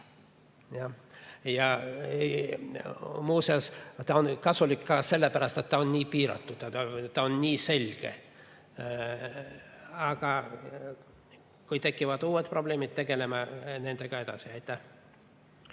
muuseas, ta on kasulik ka sellepärast, et ta on nii piiratud ja ta on nii selge. Aga kui tekivad uued probleemid, siis tegeleme nendega edasi.